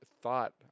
thought